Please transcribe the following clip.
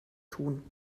tun